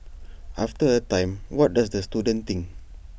after A time what does the student think